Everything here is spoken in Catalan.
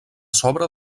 sobre